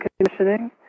conditioning